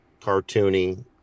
cartoony